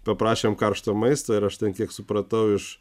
paprašėm karšto maisto ir aš ten kiek supratau iš